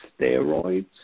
steroids